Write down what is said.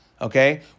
Okay